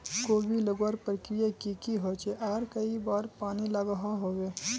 कोबी लगवार प्रक्रिया की की होचे आर कई बार पानी लागोहो होबे?